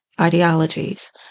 ideologies